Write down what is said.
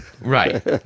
Right